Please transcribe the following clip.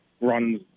runs